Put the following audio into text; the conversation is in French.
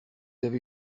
avez